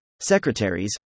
secretaries